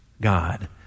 God